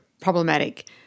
problematic